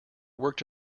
worked